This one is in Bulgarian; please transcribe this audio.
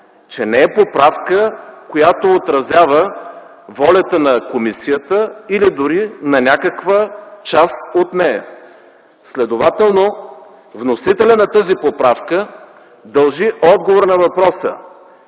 че не е поправка, която отразява волята на комисията или дори на някаква част от нея. Следователно вносителят на тази поправка дължи отговор на въпроса